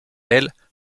elles